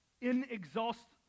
inexhaustible